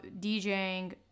DJing